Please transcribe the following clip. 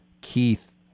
keith